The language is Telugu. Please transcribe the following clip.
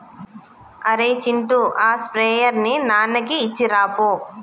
అరేయ్ చింటూ ఆ స్ప్రేయర్ ని నాన్నకి ఇచ్చిరాపో